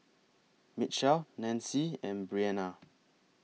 Mitchel Nanci and Briana